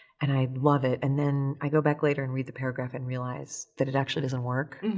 and i love it and then i go back later and read the paragraph and realize that it actually doesn't work.